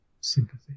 Sympathy